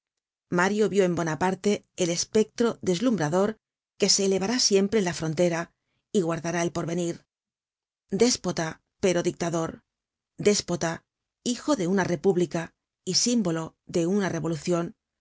mario vió en bonaparte el espectro deslumbrador que se elevará siempre en la frontera y guardará el porvenir déspota pero dictador déspota hijo de una república y símbolo de una revolucion